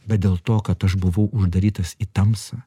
bet dėl to kad aš buvau uždarytas į tamsą